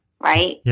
right